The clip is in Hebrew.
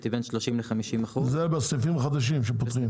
היא בין 30% ל-50% --- זה בסניפים החדשים שפותחים.